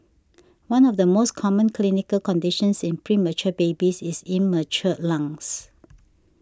one of the most common clinical conditions in premature babies is immature lungs